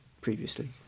previously